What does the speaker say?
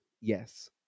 yes